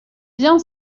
bien